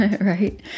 right